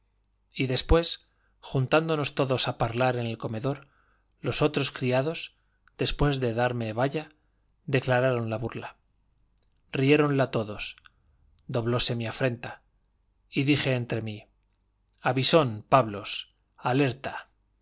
y después juntándonos todos a parlar en el corredor los otros criados después de darme vaya declararon la burla riéronla todos doblóse mi afrenta y dije entre mí avisón pablos alerta